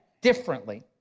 differently